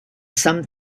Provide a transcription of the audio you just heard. some